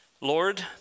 Lord